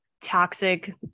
toxic